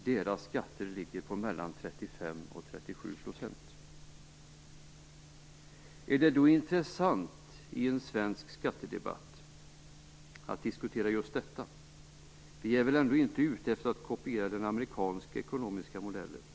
Deras skatter ligger på mellan 35 och Är det då intressant att diskutera just detta i en svensk skattedebatt? Vi är väl ändå inte ute efter att kopiera den amerikanska ekonomiska modellen?